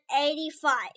eighty-five